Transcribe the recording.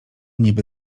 niby